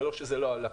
זה לא שזה לא עלה.